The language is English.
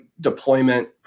deployment